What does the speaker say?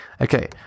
Okay